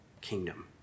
kingdom